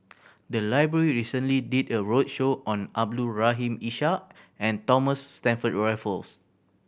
the library recently did a roadshow on Abdul Rahim Ishak and Thomas Stamford Raffles